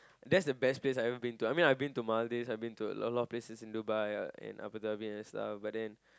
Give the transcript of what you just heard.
that's the best place I've ever been to I mean I been to Maldives I been to a lot of places in Dubai and Abu-Dhabi and stuff but then